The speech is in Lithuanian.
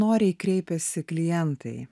noriai kreipiasi klientai